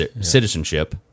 citizenship